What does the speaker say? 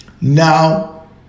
Now